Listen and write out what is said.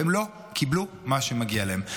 והם לא קיבלו מה שמגיע להם.